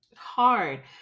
Hard